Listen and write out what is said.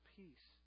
peace